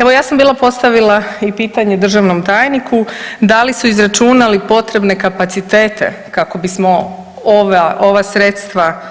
Evo ja sam bila postavila i pitanje državnom tajniku da li su izračunali potrebne kapacitete kako bismo ova, ova sredstva